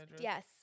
yes